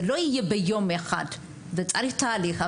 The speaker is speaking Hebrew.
זה לא יהיה ביום אחד זה תהליך,